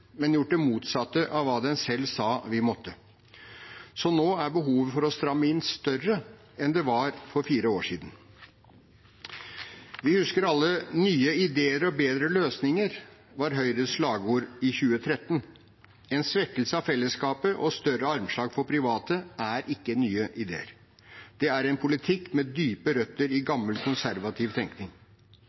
men gjort det motsatte av hva den selv sa vi måtte. Så nå er behovet for å stramme inn større enn det var for fire år siden. Vi husker alle «nye ideer og bedre løsninger», som var Høyres slagord i 2013. En svekkelse av fellesskapet og større armslag for private er ikke nye ideer. Det er en politikk med dype røtter i gammel, konservativ tenkning.